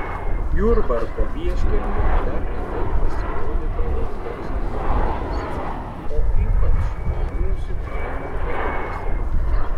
jurbarko vieškelyje dar retai pasirodydavo koks automobilis o ypač mūsų kaimo keliukuose